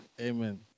Amen